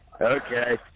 Okay